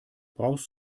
brauchst